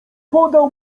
podał